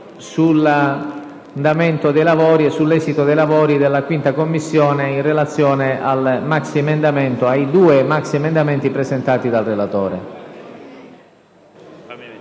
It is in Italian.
sull'esito dei lavori della 5a Commissione in relazione ai due maxiemendamenti presentati dal relatore.